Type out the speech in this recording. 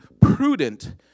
prudent